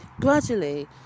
gradually